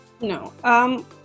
No